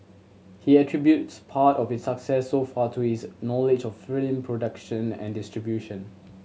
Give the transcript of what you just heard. he attributes part of its success so far to his knowledge of film production and distribution